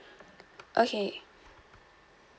okay